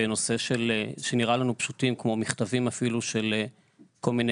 בנושא שנראה לנו פשוט כמו מכתבים של כל מיני